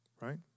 right